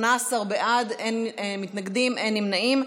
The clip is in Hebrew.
אם כך, זה 18 בעד, אין מתנגדים ואין נמנעים.